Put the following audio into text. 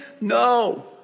No